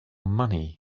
money